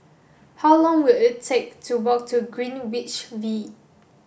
how long will it take to walk to Greenwich V